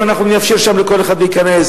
אם אנחנו נאפשר שם לכל אחד להיכנס.